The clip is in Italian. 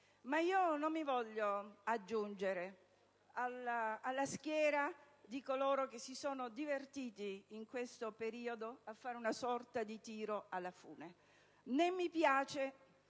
ma non mi voglio aggiungere alla schiera di coloro che si sono divertiti in questo periodo a fare una sorta di tiro alla fune.